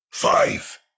Five